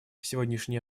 сегодняшние